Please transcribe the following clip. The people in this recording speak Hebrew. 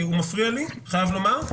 אני חייב לומר שהוא מפריע לי,